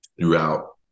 throughout